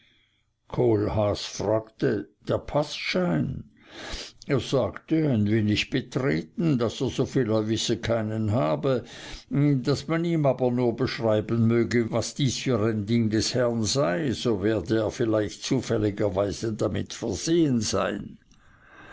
kohlhaas fragte der paßschein er sagte ein wenig betreten daß er soviel er wisse keinen habe daß man ihm aber nur beschreiben möchte was dies für ein ding des herrn sei so werde er vielleicht zufälligerweise damit versehen sein